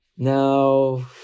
No